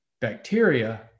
Bacteria